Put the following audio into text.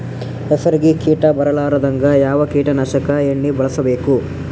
ಹೆಸರಿಗಿ ಕೀಟ ಬರಲಾರದಂಗ ಯಾವ ಕೀಟನಾಶಕ ಎಣ್ಣಿಬಳಸಬೇಕು?